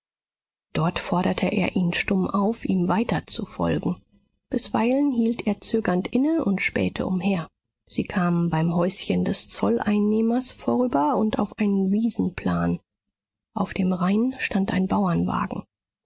dort forderte er ihn stumm auf ihm weiter zu folgen bisweilen hielt er zögernd inne und spähte umher sie kamen beim häuschen des zolleinnehmers vorüber und auf einen wiesenplan auf dem rain stand ein